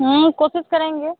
कोशिश करेंगे